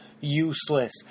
useless